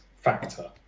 factor